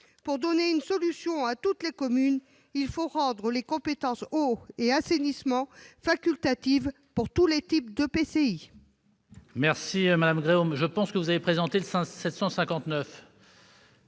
Pour offrir une solution à toutes les communes, il faut rendre les compétences eau et assainissement facultatives pour tous les types d'EPCI.